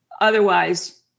otherwise